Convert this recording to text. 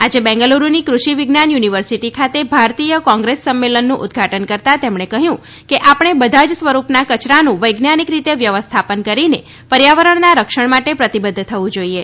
આજે બેંગલુરૂની કૃષિ વિજ્ઞાન યુનિવર્સિટી ખાતે ભારતીય કોંગ્રેસ સંમેલનનું ઉદઘાટન કરતાં તેમણે કહ્યું કે આપણે બધા જ સ્વરૂપના કચરાંનું વૈજ્ઞાનિક રીતે વ્યવસ્થાપન કરીને પર્યાવરણના રક્ષણ માટે પ્રતિબદ્ધ થવું જોઈએ